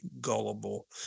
gullible